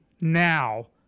now